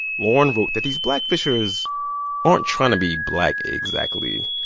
lauren wrote that these blackfishers aren't trying to be black exactly.